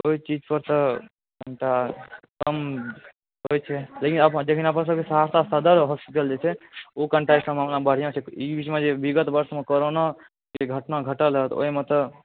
ओहि चीज पर तऽ कनिटा होइत छै लेकिन अपन सबके सहरसा जखन सदर होस्पिटल जे छै ओ कनिटा ई सब मामलामे बढ़िआँ छै ई बीचमे जे विगत वर्षमे कोरोनाके जे घटना घटल हँ तऽ ओहिमे तऽ